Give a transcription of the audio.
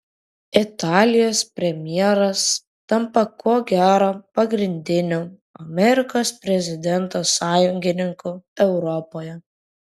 italijos premjeras tampa ko gero pagrindiniu amerikos prezidento sąjungininku europoje